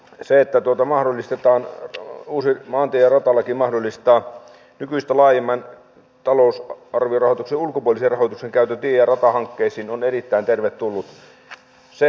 se että uusi maantie ja ratalaki mahdollistaa nykyistä laajemman talousarviorahoituksen ulkopuolisen rahoituksen käytön tie ja ratahankkeisiin on erittäin tervetullutta